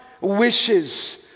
wishes